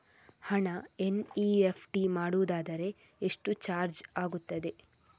ಹಣ ಎನ್.ಇ.ಎಫ್.ಟಿ ಮಾಡುವುದಾದರೆ ಎಷ್ಟು ಚಾರ್ಜ್ ಆಗುತ್ತದೆ?